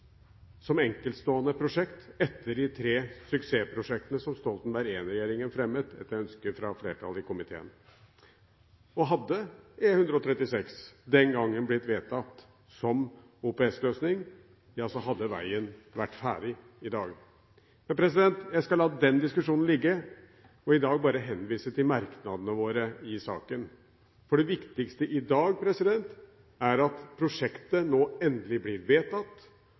som enkeltstående prosjekt etter de tre suksessprosjektene som Stoltenberg I-regjeringen fremmet, etter ønske fra flertallet i komiteen, og hadde E136 blitt vedtatt som OPS-løsning den gangen, hadde veien vært ferdig i dag. Jeg skal la den diskusjonen ligge og i dag bare henvise til merknadene våre i saken, for det viktigste i dag er at prosjektet nå endelig blir vedtatt,